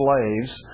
slaves